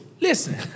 listen